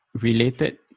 related